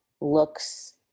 looks